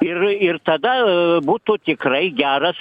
ir ir tada būtų tikrai geras